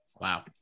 wow